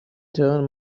turn